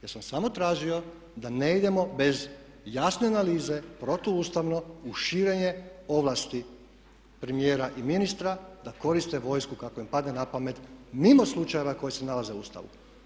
Ja sam samo tražio da ne idemo bez jasne analize, protuustavno u širenje ovlasti premijera i ministra da koriste vojsku kako im padne na pamet mimo slučajeva koji se nalaze u Ustavu.